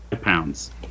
pounds